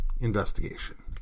investigation